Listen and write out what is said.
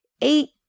eight